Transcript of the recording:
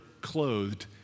clothed